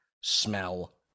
smell